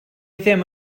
ddim